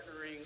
partnering